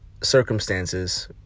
circumstances